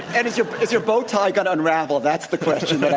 and if your if your bowtie got unraveled, that's the question